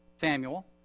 Samuel